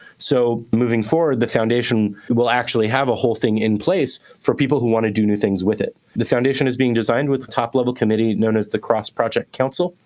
so moving forward, the foundation will actually have a whole thing in place for people who want to do new things with it. the foundation is being designed with a top-level committee, known as the cross-project council.